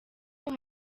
hari